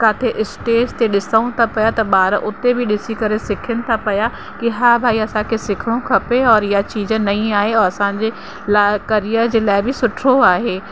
किथे स्टेज ते ॾिसऊं था पिया त ॿार उते बि ॾिसी करे सिखनि था पिया कि हा भई असांखे सिखणो खपे और इहा चीज नई आहे और असांजे लाइ करियर जे लाइ बि सुठो आहे